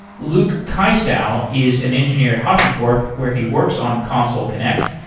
luke kysow is an engineer at hashicorp where he works on consul connect,